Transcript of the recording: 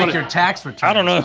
your tax returns.